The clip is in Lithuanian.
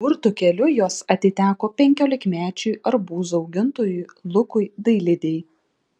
burtų keliu jos atiteko penkiolikmečiui arbūzų augintojui lukui dailidei